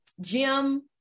Jim